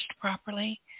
properly